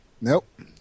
Nope